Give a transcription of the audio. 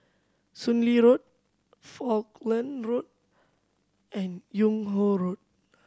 Soon Lee Road Falkland Road and Yung Ho Road